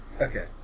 Okay